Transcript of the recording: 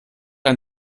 ein